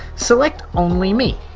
select only me.